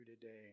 today